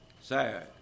Sad